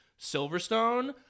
Silverstone